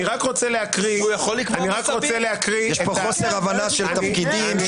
אני רוצה להקריא- -- יש פה חוסר הבנה של התפקידים.